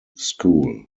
school